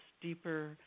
Deeper